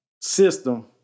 system